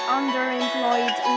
underemployed